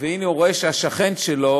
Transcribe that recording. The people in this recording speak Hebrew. והנה הוא רואה שהשכן שלו,